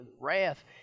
Wrath